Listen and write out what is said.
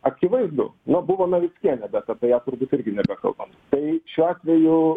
akivaizdu nu buvo navickienė bet apie ją turbūt irgi nebekalbam tai šiuo atveju